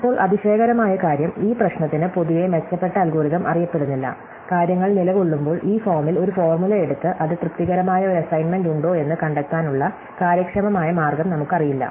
ഇപ്പോൾ അതിശയകരമായ കാര്യം ഈ പ്രശ്നത്തിന് പൊതുവെ മെച്ചപ്പെട്ട അൽഗോരിതം അറിയപ്പെടുന്നില്ല കാര്യങ്ങൾ നിലകൊള്ളുമ്പോൾ ഈ ഫോമിൽ ഒരു ഫോർമുല എടുത്ത് അത് തൃപ്തികരമായ ഒരു അസൈൻമെന്റ് ഉണ്ടോ എന്ന് കണ്ടെത്താനുള്ള കാര്യക്ഷമമായ മാർഗം നമുക്കറിയില്ല